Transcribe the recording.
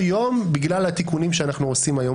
יום בגלל התיקונים שאנחנו עושים היום.